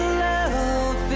love